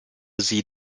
sie